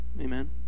Amen